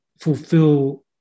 fulfill